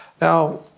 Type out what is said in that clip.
Now